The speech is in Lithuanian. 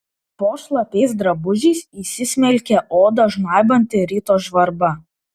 po šlapiais drabužiais įsismelkė odą žnaibanti ryto žvarba